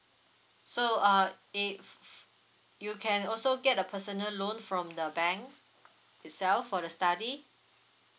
so uh if you can also get the personal loan from the bank itself for the study